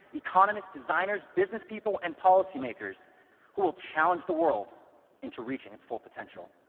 economists, designers, business people and policy makers who will challenge the world into reaching its full potential.